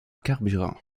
carburant